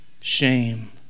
shame